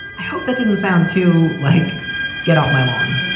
i hope that didn't sound to like get off my lawn